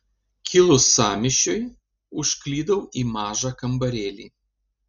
kilus sąmyšiui užklydau į mažą kambarėlį